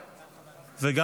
התקבלה.